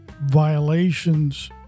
violations